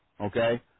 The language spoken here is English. Okay